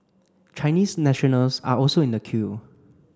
Chinese nationals are also in the queue